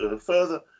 further